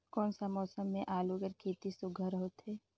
कोन सा मौसम म आलू कर खेती सुघ्घर होथे?